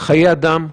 חיי אדם,